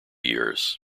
years